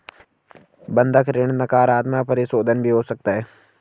बंधक ऋण नकारात्मक परिशोधन भी हो सकता है